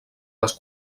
les